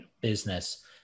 business